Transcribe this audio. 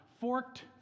forked